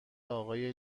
آقای